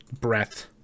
breath